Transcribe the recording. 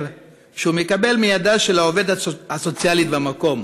שהוא מקבל מידיה של העובדת הסוציאלית במקום.